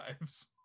lives